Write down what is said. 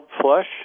flush